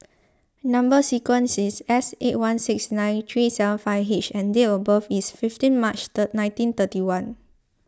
Number Sequence is S eight one six nine three seven five H and date of birth is fifteen March third nineteen thirty one